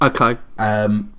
Okay